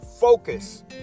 focus